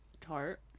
tart